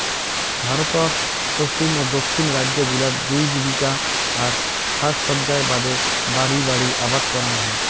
ভারতর পশ্চিম ও দক্ষিণ রাইজ্য গুলাত জুঁই জীবিকা আর সাজসজ্জার বাদে বাড়ি বাড়ি আবাদ করাং হই